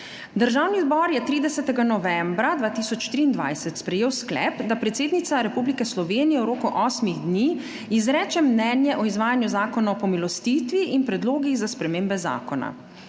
Državni zbor je 30. novembra 2023 sprejel sklep, da predsednica Republike Slovenije v roku osmih dni izreče mnenje o izvajanju Zakona o pomilostitvi in predlogih za spremembe zakona.